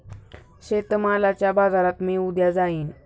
शेतमालाच्या बाजारात मी उद्या जाईन